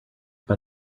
but